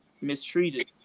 mistreated